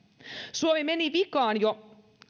suomi meni vikaan jo